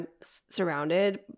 surrounded